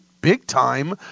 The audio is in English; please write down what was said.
big-time